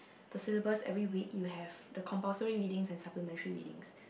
the syllabus every week you have the compulsory readings and supplementary readings